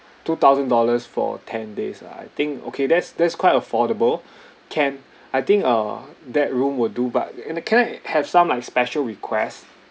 two thousand dollars for ten days ah I think okay that's that's quite affordable can I think uh that room will do but and the can I have some like special requests